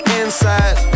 inside